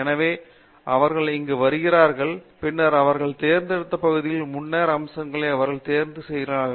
எனவே அவர்கள் இங்கு வருகிறார்கள் பின்னர் அவர்கள் தேர்ந்தெடுத்த பகுதியின் முன்னேற்ற அம்சங்களை அவர்கள் தெரிந்து கொள்கிறார்கள்